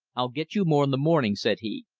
i'll get you more in the morning, said he.